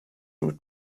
route